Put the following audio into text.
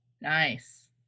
Nice